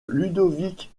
ludovic